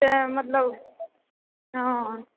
तऽ मतलब हँ हँ